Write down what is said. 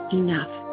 enough